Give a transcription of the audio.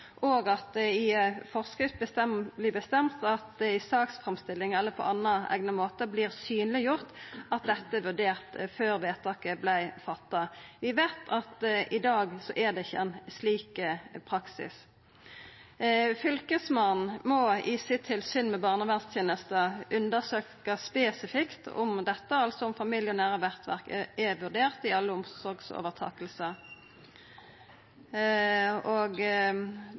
og at det i forskrift vert bestemt at det i saksframstillinga eller på annan eigna måte vert synleggjort at dette er vurdert før vedtaket vart fatta. Vi veit at i dag er det ikkje ein slik praksis. Fylkesmannen må i tilsynet sitt med barnevernstenester undersøkja spesifikt om familie og nære nettverk er vurdert i alle omsorgsovertakingar. Og